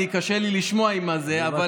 קשה לי לשמוע עם הזה.